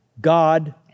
God